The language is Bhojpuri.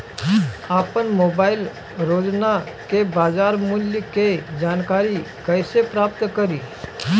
आपन मोबाइल रोजना के बाजार मुल्य के जानकारी कइसे प्राप्त करी?